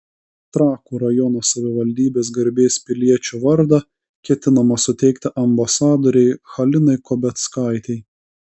trakų rajono savivaldybės garbės piliečio vardą ketinama suteikti ambasadorei halinai kobeckaitei